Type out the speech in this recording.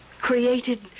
created